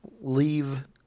leave